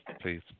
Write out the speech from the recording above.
please